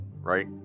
right